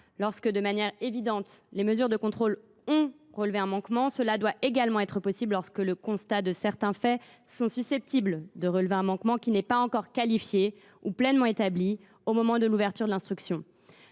lorsque, de manière évidente, les mesures de contrôle ont révélé un manquement, cela doit également être possible lorsque le constat de certains faits est susceptible de révéler un manquement qui n’est pas encore qualifié ou pleinement établi au moment de l’ouverture de l’instruction.